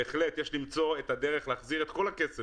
בהחלט יש למצוא דרך להחזיר את כל הכסף